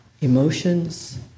emotions